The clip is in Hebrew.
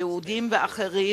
היהודים ואחרים,